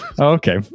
Okay